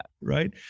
right